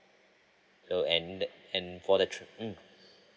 so and that and for the trip mm